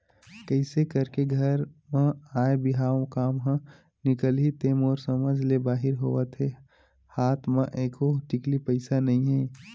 कइसे करके घर म आय बिहाव काम ह निकलही ते मोर समझ ले बाहिर होवत हे हात म एको टिकली पइसा नइ हे